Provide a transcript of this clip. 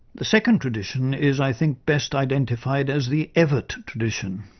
the second tradition is, i think, best identified as the evatt tradition.